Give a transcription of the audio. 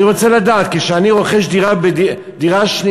אני רוצה לדעת כשאני רוכש דירה מיד שנייה,